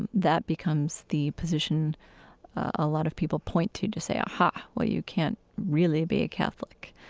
and that becomes the position a lot of people point to, to say, aha. well, you can't really be a catholic.